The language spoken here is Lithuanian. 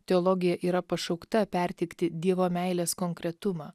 teologija yra pašaukta perteikti dievo meilės konkretumą